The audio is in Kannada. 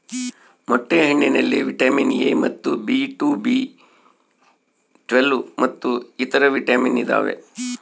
ಮೊಟ್ಟೆ ಹಣ್ಣಿನಲ್ಲಿ ವಿಟಮಿನ್ ಎ ಮತ್ತು ಬಿ ಟು ಬಿ ಟ್ವೇಲ್ವ್ ಮತ್ತು ಇತರೆ ವಿಟಾಮಿನ್ ಇದಾವೆ